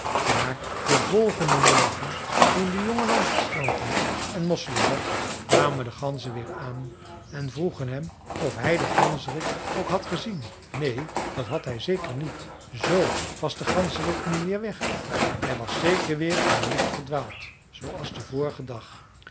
maar den volgenden morgen toen de jongen langs het strand liep en mosselen zocht kwamen de ganzen weer aan en vroegen hem of hij den ganzerik ook had gezien neen dat had hij zeker niet zoo was de ganzerik nu weer weg hij was zeker weer in den mist verdwaald zooals den vorigen dag